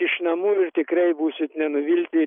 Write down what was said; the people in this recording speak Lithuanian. iš namų ir tikrai būsit nenuvilti